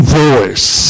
voice